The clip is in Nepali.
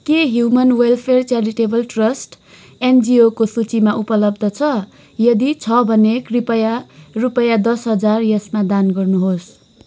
के ह्युमेन वेलफेयर च्यारिटेबल ट्रस्ट एनजिओको सूचीमा उपलब्ध छ यदि छ भने कृपया रुपैयाँ दस हजार यसमा दान गर्नुहोस्